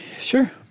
Sure